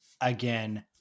Again